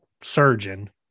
surgeon